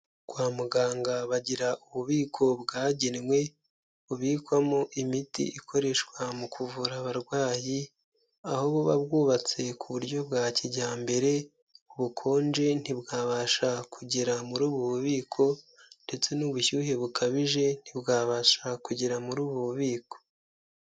Kwa muganga bagira ububiko bwagenwe, bubikwamo imiti ikoreshwa mu kuvura abarwayi, aho buba bwubatse ku buryo bwa kijyambere, ubukonje ntibwabasha kugera muri ubu bubiko ndetse n'ubushyuhe bukabije ntibwabasha kugera muri ubu bubiko.